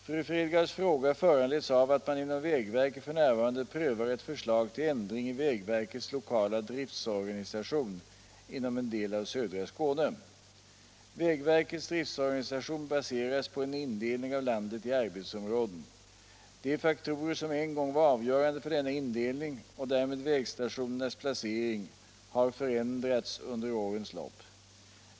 Fru Fredgardhs fråga föranleds av att man inom vägverket f. n. prövar ett förslag till ändring i vägverkets lokala driftorganisation inom en del av södra Skåne. Vägverkets driftorganisation baseras på en indelning av landet i arbetsområden. De faktorer som en gång var avgörande för denna indelning och därmed för vägstationernas placering har förändrats under årens lopp.